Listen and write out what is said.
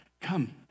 Come